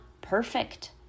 perfect